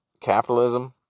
capitalism